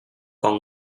còn